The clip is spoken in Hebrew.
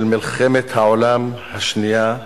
של מלחמת העולם השנייה,